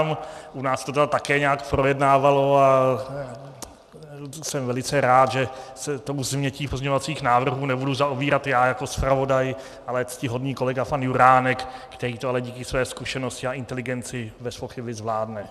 U nás se to také nějak projednávalo a jsem velice rád, že se tou změtí pozměňovacích návrhů nebudu zaobírat já jako zpravodaj, ale ctihodný kolega pan Juránek, který to ale díky své zkušenosti a inteligenci bezpochyby zvládne.